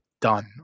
done